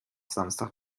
samstag